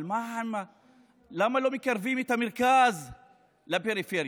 אבל למה לא מקרבים את המרכז לפריפריה?